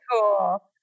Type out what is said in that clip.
cool